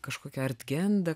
kažkokia artgenda